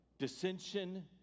Dissension